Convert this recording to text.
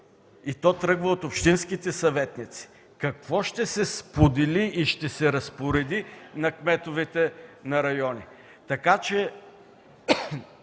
е – тръгва от общинските съветници, какво ще се сподели и ще се разпореди на кметовете на районите, така че